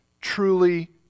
truly